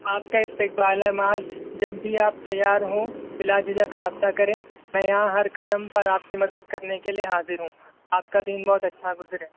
آپ کا استقبال ہے معاذ جب بھی آپ تیار ہوں بلا جھجھک رابطہ کریں میں یہاں ہر قدم پر آپ کی مدد کرنے کے لیے حاضر ہوں آپ کا دن بہت اچھا گزرے